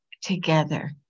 together